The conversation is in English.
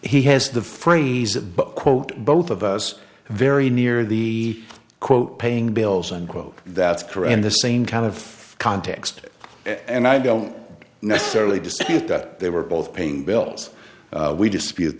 he has the phrase above quote both of us very near the quote paying bills and quote that's correct in the same kind of context and i don't necessarily dispute that they were both paying bills we dispute